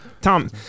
Tom